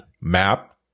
map